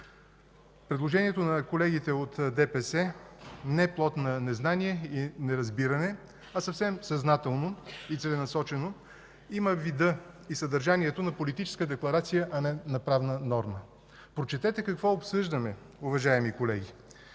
предложението на колегите от ДПС не е плод на незнание и неразбиране, а съвсем съзнателно и целенасочено има вида и съдържанието на политическа декларация, а не на правна норма. Прочетете какво обсъждаме, уважаеми колеги.